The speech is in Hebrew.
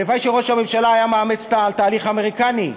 הלוואי שראש הממשלה היה מאמץ את התהליך האמריקני.